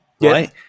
right